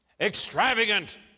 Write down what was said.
extravagant